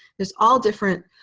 there's all different